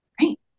Right